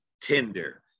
tender